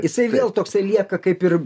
jisai vėl toksai lieka kaip ir